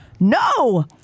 No